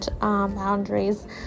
boundaries